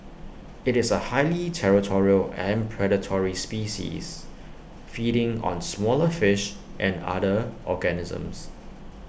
IT is A highly territorial and predatory species feeding on smaller fish and other organisms